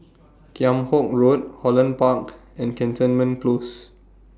Kheam Hock Road Holland Park and Cantonment Close